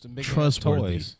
trustworthy